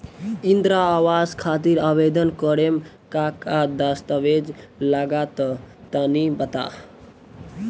इंद्रा आवास खातिर आवेदन करेम का का दास्तावेज लगा तऽ तनि बता?